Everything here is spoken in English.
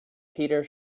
peter